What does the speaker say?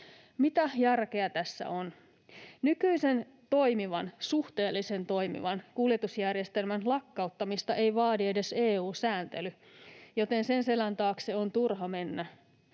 Mitä järkeä tässä on? Nykyisen toimivan, suhteellisen toimivan, kuljetusjärjestelmän lakkauttamista ei vaadi edes EU-sääntely, joten sen selän taakse on turha mennä.